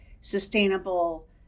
sustainable